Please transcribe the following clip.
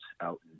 out